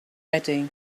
ready